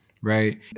right